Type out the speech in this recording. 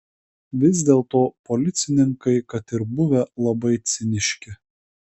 vis dėlto policininkai kad ir buvę labai ciniški